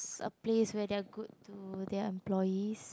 it's a place where they are good to their employees